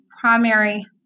primary